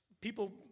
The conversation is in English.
people